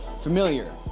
familiar